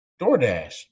DoorDash